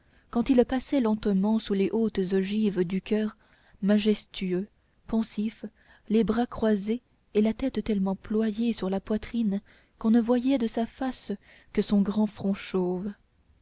quand il passait lentement sous les hautes ogives du choeur majestueux pensif les bras croisés et la tête tellement ployée sur la poitrine qu'on ne voyait de sa face que son grand front chauve